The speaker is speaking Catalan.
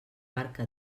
barca